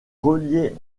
reliait